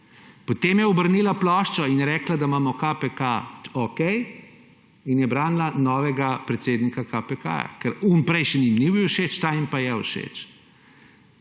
Potem je obrnila ploščo in je rekla, da imamo KPK, okej, in je branila novega predsednika KPK, ker tisti prejšnji jim ni bil všeč, ta jim pa je všeč.